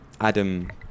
Adam